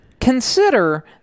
consider